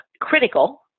critical